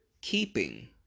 keeping